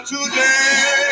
Today